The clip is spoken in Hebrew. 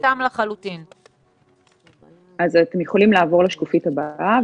אתם יכולים לעבור לשקופית הבאה.